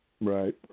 Right